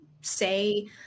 say